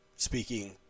speaking